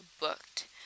booked